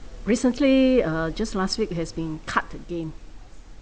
recently uh just last week has been cut again